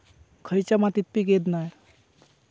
खयच्या मातीत पीक येत नाय?